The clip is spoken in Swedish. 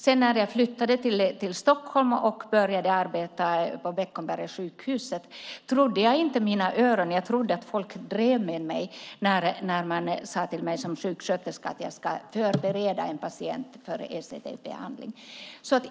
När jag sedan flyttade till Stockholm och började arbeta på Beckomberga sjukhus trodde jag inte mina öron - jag trodde att folk drev med mig - när man sade till mig som sjuksköterska att jag skulle förbereda en patient för ECT-behandling.